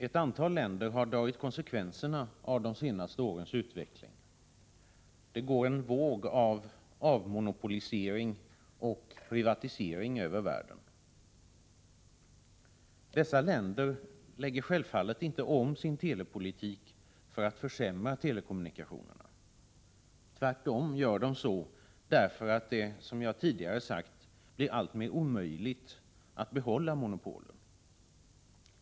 Ett antal länder har dragit konsekvenserna av de senare årens utveckling. Det går en våg av avmonopolisering och privatisering över världen. Dessa länder lägger självfallet inte om sin telepolitik för att försämra telekommunikationerna. Tvärtom gör de så därför att det, som jag tidigare sagt, blir alltmer omöjligt att behålla monopolen.